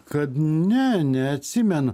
kad ne neatsimenu